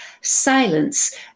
Silence